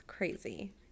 crazy